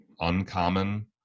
Uncommon